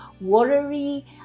watery